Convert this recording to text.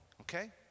Okay